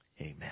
Amen